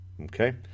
okay